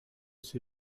c’est